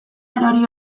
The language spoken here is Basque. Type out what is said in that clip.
erori